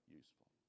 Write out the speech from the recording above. useful